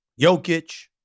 Jokic